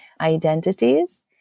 identities